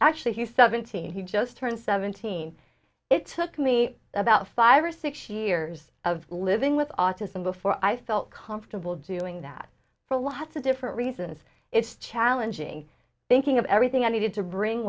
actually he's seventeen he just turned seventeen it took me about five or six years of living with autism before i felt comfortable doing that for a lot of different reasons it's challenging thinking of everything i needed to bring